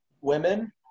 women